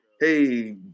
hey